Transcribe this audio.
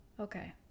Okay